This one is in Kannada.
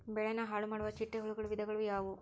ಬೆಳೆನ ಹಾಳುಮಾಡುವ ಚಿಟ್ಟೆ ಹುಳುಗಳ ವಿಧಗಳು ಯಾವವು?